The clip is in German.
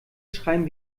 schreiben